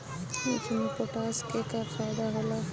ईख मे पोटास के का फायदा होला?